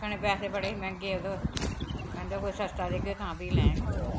कन्नै पैहे् बड़े मैंह्गे ते दिंदे कोई सस्ता देगे तां फ्ही लैङ होर